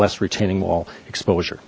less retaining wall exposure